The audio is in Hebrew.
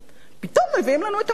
פתאום מביאים לנו את המתנה הזאת,